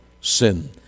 sin